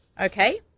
Okay